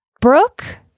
Brooke